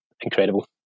incredible